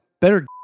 better